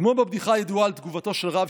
כמו בבדיחה הידועה על תגובתו של רב